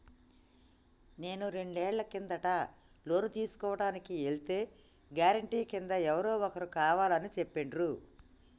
నేను రెండేళ్ల కిందట లోను తీసుకోడానికి ఎల్తే గారెంటీ కింద ఎవరో ఒకరు కావాలని చెప్పిండ్రు